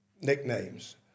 nicknames